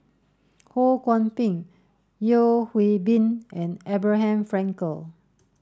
Ho Kwon Ping Yeo Hwee Bin and Abraham Frankel